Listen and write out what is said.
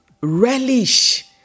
relish